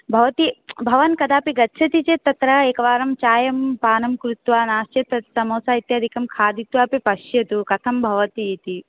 भवती भवान् कदापि गच्छति चेत् तत्र एकवारं चायं पानं कृत्वा नास्ति चेत् तत् समोसा इत्यादिकं खादित्वा अपि पश्यतु कथम् भवति इति